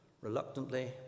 Reluctantly